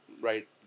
right